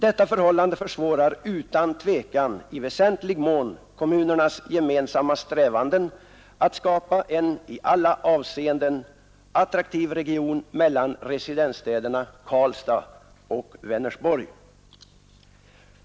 Detta förhållande försvårar utan tvivel i väsentlig mån kommunernas gemensamma strävanden att skapa en i alla avseenden attraktiv region mellan residensstäderna Karlstad och Vänersborg.